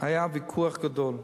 היה ויכוח גדול,